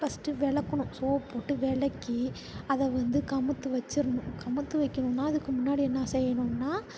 first விளக்கணும் soap போட்டு விளக்கி அதை வந்து கமுத்து வச்சிடுணும் கமுத்து வைக்கணுனால் அதுக்கு முன்னாடி என்ன செய்யணுன்னால்